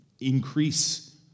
increase